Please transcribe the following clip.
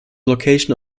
location